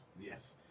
Yes